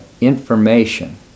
information